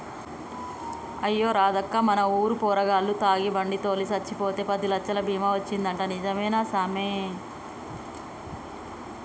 అయ్యా రాదక్కా మన ఊరు పోరగాల్లు తాగి బండి తోలి సచ్చిపోతే పదిలచ్చలు బీమా వచ్చిందంటా నిజమే సామి